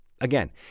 Again